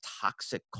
toxic